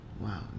Wow